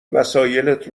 وسایلت